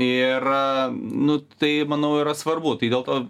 ir nu tai manau yra svarbu tai dėl to